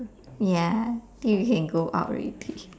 ya think we can go out already